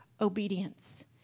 obedience